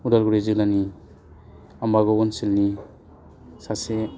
अदालगुरि जिल्लानि आम्बाबाव ओनसोलनि सासे